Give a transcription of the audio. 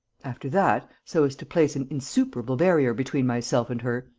after that, so as to place an insuperable barrier between myself and her,